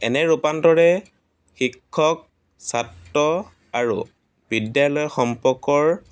এনে ৰূপান্তৰে শিক্ষক ছাত্ৰ আৰু বিদ্যালয় সম্পৰ্কৰ